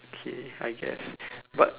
okay I guess but